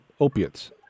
opiates